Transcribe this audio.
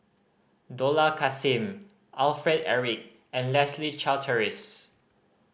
Dollah Kassim Alfred Eric and Leslie Charteris